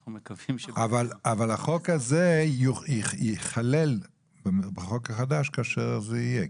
אנחנו מקווים --- אבל החוק הזה ייכלל בחוק החדש כאשר זה יהיה,